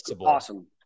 awesome